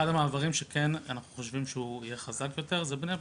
אחד המעברים שכן אנחנו חושבים שיהיה חזק יותר זה בני ברק,